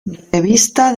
revista